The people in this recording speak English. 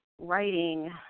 writing